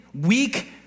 weak